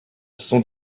sont